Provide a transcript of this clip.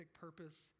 purpose